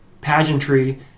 pageantry